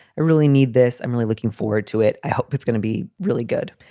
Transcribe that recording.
really need this. i'm really looking forward to it. i hope it's gonna be really good.